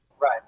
right